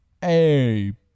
Hey